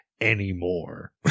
anymore